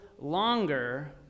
longer